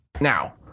now